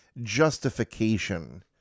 justification